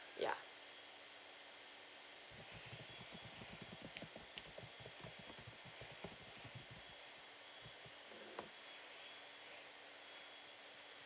ya